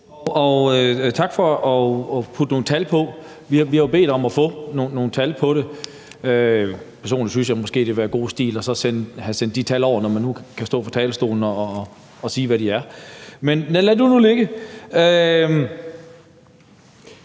tak for at putte nogle tal på. Vi har jo bedt om at få nogle tal på det. Personligt synes jeg måske, det ville være god stil at have sendt de tal over, når man nu kan stå på talerstolen og sige, hvad de er. Men lad det nu ligge.